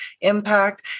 Impact